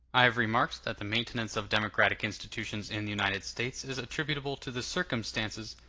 i have remarked that the maintenance of democratic institutions in the united states is attributable to the circumstances,